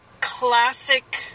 classic